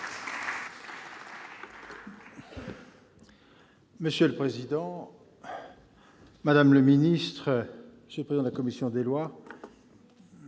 Monsieur le président, madame la ministre, monsieur le président de la commission des lois,